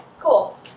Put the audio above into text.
cool